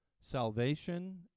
salvation